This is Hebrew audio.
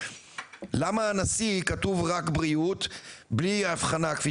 למה הנשיא כתוב רק בריאות בלי הבחנה כפי